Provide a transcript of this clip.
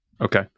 okay